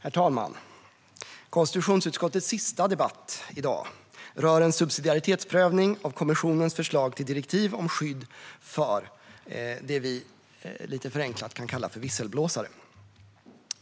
Subsidiaritetsprövning av EU-förslag Herr talman! Konstitutionsutskottets sista debatt i dag rör en subsidiaritetsprövning av kommissionens förslag till direktiv om skydd för det vi lite förenklat kan kalla visselblåsare.